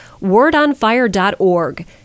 Wordonfire.org